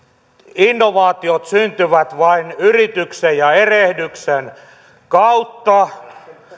innovaatiot syntyvät vain yrityksen ja erehdyksen kautta